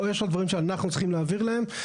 יש עוד דברים שאנחנו צריכים להעביר להם.